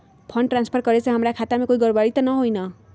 Fund transfer करे से हमर खाता में कोई गड़बड़ी त न होई न?